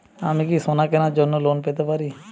আমি কি সোনা কেনার জন্য লোন পেতে পারি?